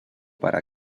para